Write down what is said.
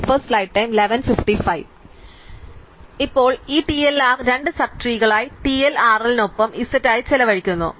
അതിനാൽ ഇപ്പോൾ ഞങ്ങൾ ഈ TLR 2 സബ് ട്രീകളായ TLRL നൊപ്പം z ആയി ചെലവഴിക്കുന്നു